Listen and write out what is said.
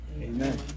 Amen